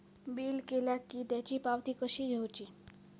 Bill केला की त्याची पावती कशी घेऊची?